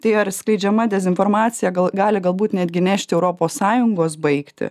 tai ar skleidžiama dezinformacija gal gali galbūt netgi nešti europos sąjungos baigtį